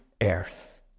earth